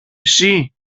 εσύ